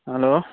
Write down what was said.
hello